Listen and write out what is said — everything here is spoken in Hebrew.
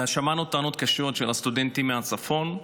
שמענו טענות קשות של הסטודנטים מהצפון.